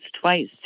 twice